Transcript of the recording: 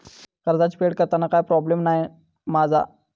कर्जाची फेड करताना काय प्रोब्लेम नाय मा जा?